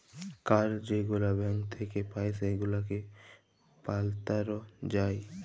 card যেগুলা bank থ্যাইকে পাই সেগুলাকে পাল্টাল যায়